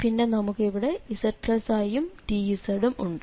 പിന്നെ നമുക്ക് ഇവിടെ zi യും dz ഉം ഉണ്ട്